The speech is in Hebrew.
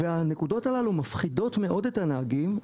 הנקודות הללו מפחידות מאוד את הנהגים.